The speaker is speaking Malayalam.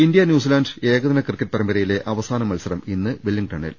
ഇന്ത്യ ന്യൂസിലാൻഡ് ഏകദിന ക്രിക്കറ്റ് പരമ്പരയിലെ അവസാന മത്സരം ഇന്ന് വെല്ലിംഗ്ടണിൽ